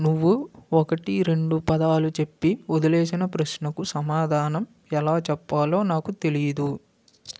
నువ్వు ఒకటి రెండు పదాలు చెప్పి వదిలేసిన ప్రశ్నకు సమాధానం ఎలా చెప్పాలో నాకు తెలీదు